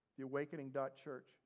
theawakening.church